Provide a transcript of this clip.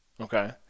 Okay